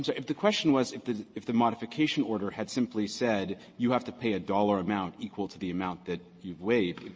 if the question was if the if the modification order had simply said you have to pay a dollar amount equal to the amount that you've waived,